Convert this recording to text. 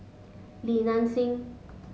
Li Nanxing